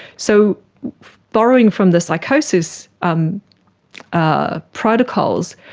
so borrowing from the psychosis um ah protocols,